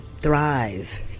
thrive